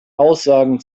aussagen